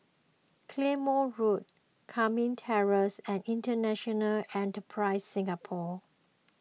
Claymore Road Lakme Terrace and International Enterprise Singapore